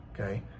Okay